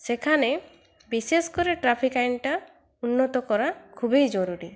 সেখানে বিশেষ করে ট্রাফিক আইনটা উন্নত করা খুবই জরুরী